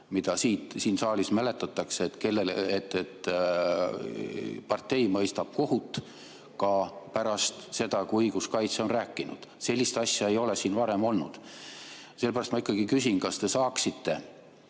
mida siin saalis mäletatakse, et partei mõistab kohut ka pärast seda, kui õiguskaitse on rääkinud. Sellist asja ei ole siin varem olnud. Sellepärast ma küsin, kas te saaksite